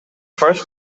first